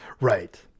Right